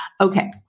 Okay